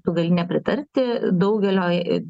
tu gali nepritarti daugelio